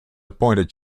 appointed